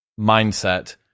mindset